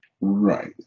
Right